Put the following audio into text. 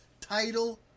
Title